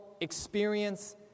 experience